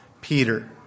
Peter